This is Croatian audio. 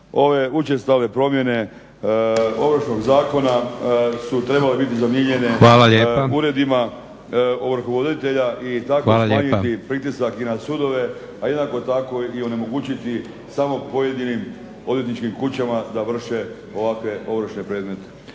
ove učestale promjene Ovršnog zakona su trebale biti zamijenjene uredima ovrhovoditelja i tako smanjiti pritisak i na sudove, a jednako tako i onemogućiti samo pojedinim odvjetničkim kućama da vrše ovakve ovršne predmete.